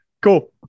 Cool